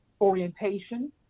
orientation